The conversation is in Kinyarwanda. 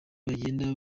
bagenda